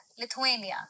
Lithuania